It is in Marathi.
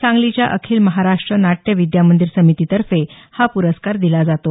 सांगलीच्या अखिल महाराष्ट्र नाट्य विद्यामंदिर समितीतर्फे हा पुरस्कार दिला जातो